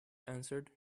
answered